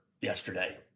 yesterday